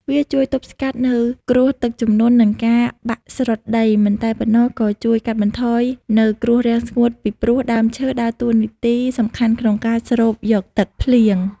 វាជួយទប់ស្កាត់នៅគ្រោះទឹកជំនន់និងការបាក់ស្រុតដី មិនតែប៉ុណ្ណោះក៏ជួយកាត់បន្ថយនៅគ្រោះរាំងស្ងួតពីព្រោះដើមឈើដើរតួនាទីសំខាន់ក្នុងការស្រូបយកទឹកភ្លៀង។